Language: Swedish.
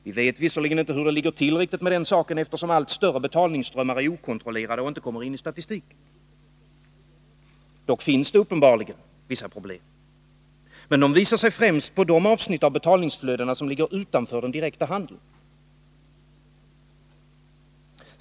Vi vet visserligen inte riktigt hur det ligger till med den saken, eftersom allt större betalningsströmmar är okontrollerade och inte kommer in i statistiken. Dock finns det uppenbarligen vissa problem. Men de visar sig främst på de avsnitt av betalningsflödena som ligger utanför den direkta handeln.